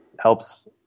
helps